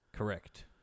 Correct